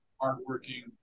hardworking